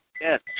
Yes